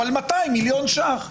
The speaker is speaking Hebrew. אבל 200,000,000 ש"ח.